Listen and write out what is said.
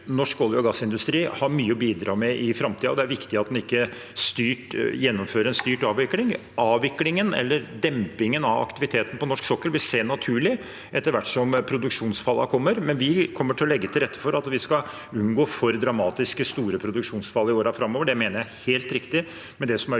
norsk olje- og gassindustri, har mye å bidra med i framtiden. Det er viktig at en ikke gjennomfører en styrt avvikling. Avviklingen eller dempingen av aktiviteten på norsk sokkel vil skje naturlig etter hvert som produksjonsfallet kommer, men vi kommer til å legge til rette for at vi skal unngå for dramatisk store produksjonsfall i årene framover. Det mener jeg er helt riktig,